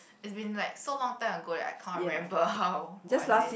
it's been like so long time ago that I can't remember how was it